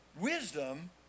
wisdom